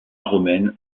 romaine